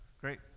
great